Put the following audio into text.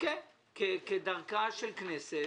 כדרכה של כנסת